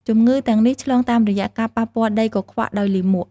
ជំងឺទាំងនេះឆ្លងតាមរយៈការប៉ះពាល់ដីកខ្វក់ដោយលាមក។